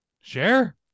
Share